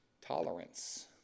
tolerance